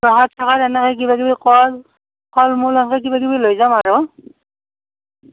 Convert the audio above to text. প্ৰসাদ স্ৰসাদ এনেকৈ কিবা কিবি কল ফল মূল এনেকৈ কিবা কিবি লৈ যাম আৰু